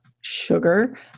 sugar